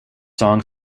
song